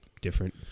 different